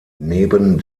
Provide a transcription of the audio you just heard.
neben